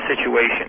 situation